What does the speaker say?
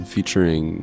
Featuring